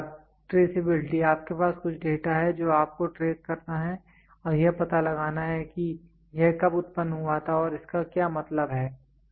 उसके बाद ट्रेसेबिलिटी आपके पास कुछ डेटा है जो आपको ट्रेस करना है और यह पता लगाना है कि यह कब उत्पन्न हुआ था और इसका क्या मतलब है